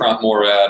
Morad